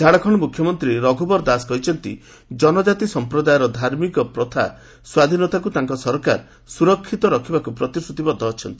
ଝାଡ଼ଖଣ୍ଡ ମୁଖ୍ୟମନ୍ତ୍ରୀ ରଘୁବର ଦାସ କହିଛନ୍ତି ଜନଜାତି ସମ୍ପ୍ରଦାୟର ଧାର୍ମିକ ପ୍ରଥା ସ୍ୱାଧୀନତାକ୍ ତାଙ୍କ ସରକାର ସ୍ରରକ୍ଷିତ ରଖିବାକ୍ ପ୍ରତିଶ୍ରତିବଦ୍ଧ ଅଛନ୍ତି